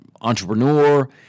entrepreneur